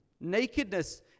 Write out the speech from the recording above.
Nakedness